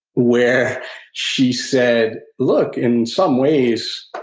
where she said look, in some ways